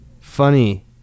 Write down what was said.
Funny